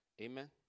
Amen